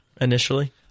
initially